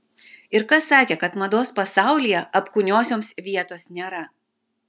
ir kas sakė kad mados pasaulyje apkūniosioms vietos nėra